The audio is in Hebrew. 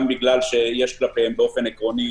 גם בגלל שיש כלפיהם אפליה באופן עקרוני.